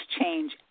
change